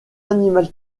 animal